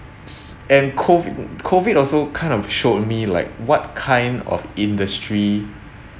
s~ and COVID COVID also kind of showed me like what kind of industry